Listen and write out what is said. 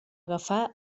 agafar